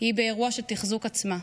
היא באירוע של תחזוק עצמה.